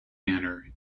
manner